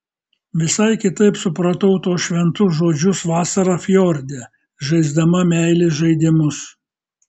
visai kitaip supratau tuos šventus žodžius vasarą fjorde žaisdama meilės žaidimus